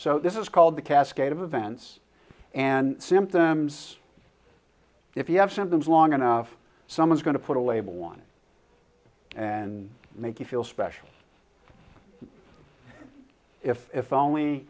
so this is called the cascade of events and symptoms if you have symptoms long enough someone's going to put a label on it and make you feel special if only